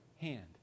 hand